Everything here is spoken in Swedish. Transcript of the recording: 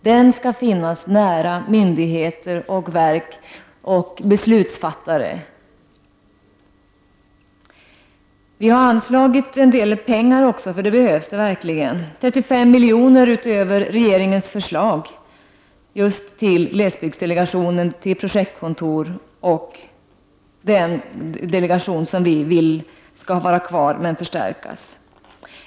Den skall finnas nära myndigheter och verk och beslutsfattare. Vi har anslagit en del pengar också, för det behövs verkligen, nämligen 35 miljoner till projektkontoret och den delegation vi anser skall vara kvar men förstärkas.